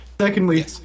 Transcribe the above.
Secondly